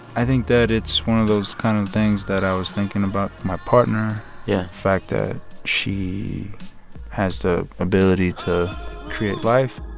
i think that it's one of those kind of things that i was thinking about my partner yeah fact that she has the ability to create life.